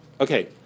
Okay